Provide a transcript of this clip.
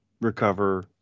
recover